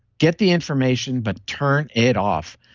get the information, but turn it off.